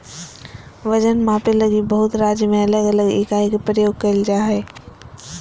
वजन मापे लगी बहुत राज्य में अलग अलग इकाई के प्रयोग कइल जा हइ